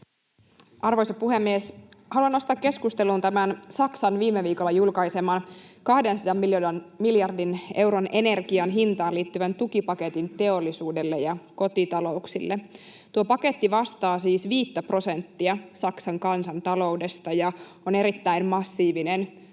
Arvoisa puhemies! Haluan nostaa keskusteluun tämän Saksan viime viikolla julkaiseman 200 miljardin euron energianhintaan liittyvän tukipaketin teollisuudelle ja kotitalouksille. Tuo paketti vastaa siis viittä prosenttia Saksan kansantaloudesta ja on erittäin massiivinen tuki